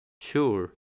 sure